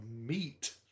meat